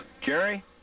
Jerry